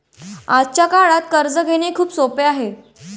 आजच्या काळात कर्ज घेणे खूप सोपे आहे